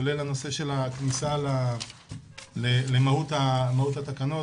כולל הנושא של הכניסה למהות התקנות